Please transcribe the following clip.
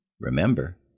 Remember